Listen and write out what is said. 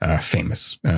famous